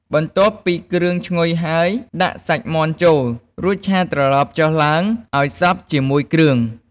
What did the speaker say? បន្ទាប់ពីគ្រឿងឈ្ងុយហើយ ដាក់សាច់មាន់ចូល រួចឆាត្រឡប់ចុះឡើងឱ្យសព្វជាមួយគ្រឿង។